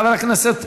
חבר הכנסת מקלב,